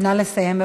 נא לסיים.